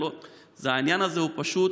העניין הזה פשוט